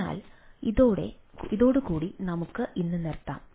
അതിനാൽ ഇതോടു കൂടെ നമുക്ക് ഇന്ന് നിർത്താം